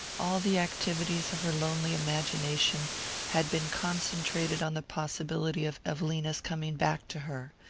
all the activities of her lonely imagination had been concentrated on the possibility of evelina's coming back to her.